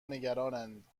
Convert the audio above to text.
نگرانند